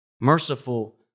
Merciful